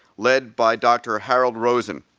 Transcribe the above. led by dr. harold rosen.